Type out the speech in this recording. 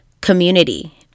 community